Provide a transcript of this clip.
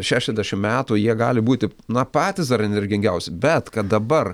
šešiasdešim metų jie gali būti na patys dar energingiausi bet kad dabar